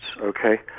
okay